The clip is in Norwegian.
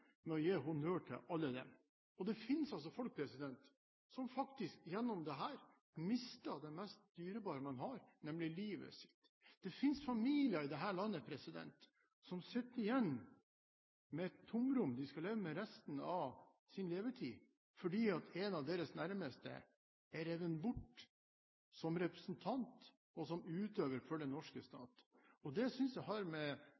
med å gi honnør til alle dem. Det finnes folk som faktisk gjennom dette mister det mest dyrebare man har – nemlig livet sitt. Det finnes familier i dette landet som sitter igjen med et tomrom de skal leve med resten av sin levetid fordi en av deres nærmeste er revet bort som representant og som utøver for den norske stat. Jeg synes det har med